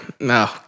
no